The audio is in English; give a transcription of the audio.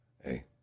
Hey